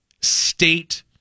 state